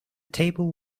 table